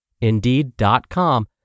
Indeed.com